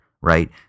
right